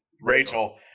Rachel